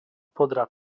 podrad